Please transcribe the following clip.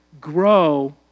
grow